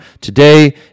today